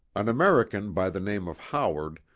an american by the name of howard,